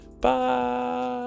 Bye